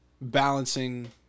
balancing